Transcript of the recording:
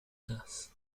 gas